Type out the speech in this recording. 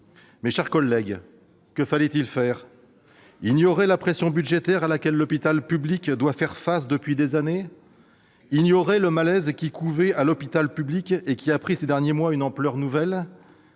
Mes chers collègues, que fallait-il faire ? Ignorer la pression budgétaire à laquelle l'hôpital public doit faire face depuis des années ? Ignorer le malaise qui couvait à l'hôpital public et qui a pris ces derniers mois une ampleur nouvelle ?